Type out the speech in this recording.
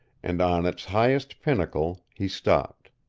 and on its highest pinnacle he stopped.